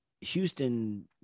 Houston